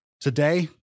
today